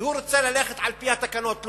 והוא רוצה ללכת על-פי התקנות,